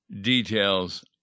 details